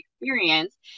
experience